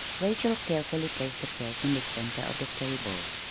rachel carefully placed the cake in the center of the table,